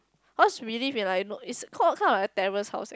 us really it's call kind of a terrace house eh